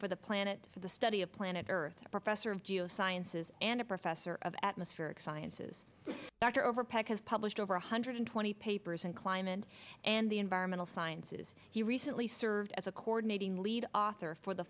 for the planet for the study of planet earth a professor of geosciences and a professor of atmospheric sciences dr overpeck has published over one hundred twenty papers in climate and the environmental sciences he recently served as a coordinating lead author for the